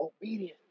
obedient